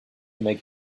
make